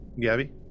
Gabby